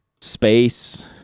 space